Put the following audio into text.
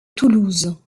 toulouse